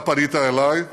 אתה פנית אליי,